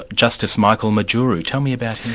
justice michael majuru. tell me about